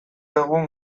egun